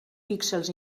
píxels